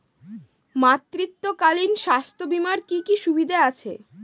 মাতৃত্বকালীন স্বাস্থ্য বীমার কি কি সুবিধে আছে?